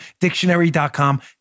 Dictionary.com